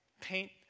paint